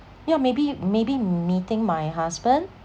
you know maybe maybe meeting my husband